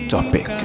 Topic